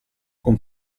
con